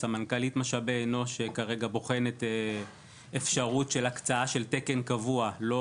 סמנכ"לית משאבי אנוש כרגע בוחנת את האפשרות של הקצאת תקן קבוע לא